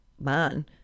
man